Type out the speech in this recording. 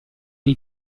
nei